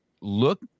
look